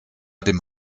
dem